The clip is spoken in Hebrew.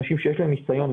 אנשים שיש להם ניסיון.